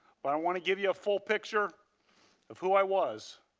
but i want to give you a full picture of who i was.